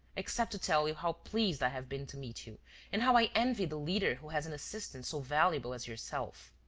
except to tell you how pleased i have been to meet you and how i envy the leader who has an assistant so valuable as yourself.